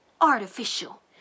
artificial